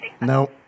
No